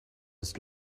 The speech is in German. ist